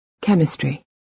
Chemistry